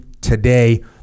today